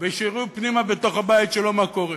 ושיראו פנימה, בתוך הבית שלו, מה קורה.